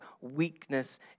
weakness